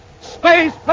Space